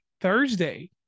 Thursday